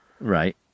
Right